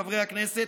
חברי הכנסת,